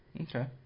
Okay